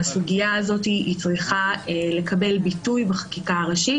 הסוגיה הזאת צריכה לקבל ביטוי בחקיקה הראשית.